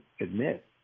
admit